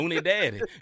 Daddy